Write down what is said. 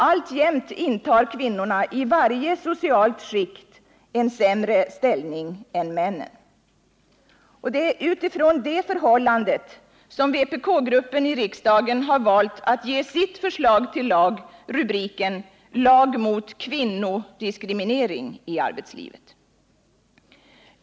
Alltjämt intar kvinnorna i varje socialt skikt en sämre ställning än männen. Det är utifrån detta förhållande som vpk-gruppen i riksdagen valt att ge sitt förslag till lag rubriken ”Lag mot kvinnodiskriminering i arbetslivet”.